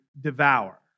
devour